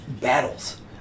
battles